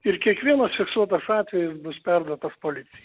ir kiekvienas fiksuotas atvejis bus perduotas policijai